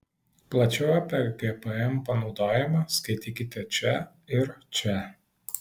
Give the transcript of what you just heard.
plačiau apie gpm panaudojimą skaitykite čia ir čia